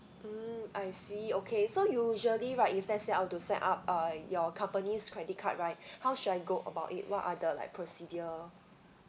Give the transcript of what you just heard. mm I see okay so usually right if let's say I want to sign up uh your company's credit card right how should I go about it what are the like procedure